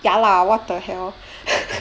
ya lah what the hell